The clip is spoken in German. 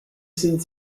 sind